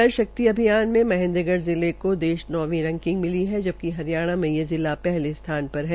जल शिक्त अभियान में महेन्द्रगढ़ जिले को देश में नौवी रैकिंग मिली है जबकि हरियाणा में ये जिला पहले स्थान पर है